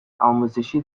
آموزشی